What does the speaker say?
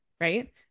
right